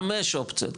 חמש אופציות.